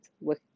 Look